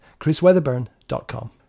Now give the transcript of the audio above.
chrisweatherburn.com